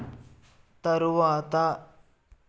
తరువాత